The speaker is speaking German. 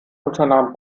unternahm